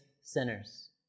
sinners